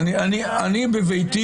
בביתי,